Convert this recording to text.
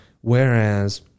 Whereas